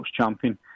champion